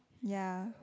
ya